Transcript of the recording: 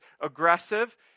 aggressive